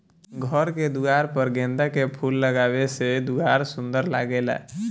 घर के दुआर पर गेंदा के फूल लगावे से दुआर सुंदर लागेला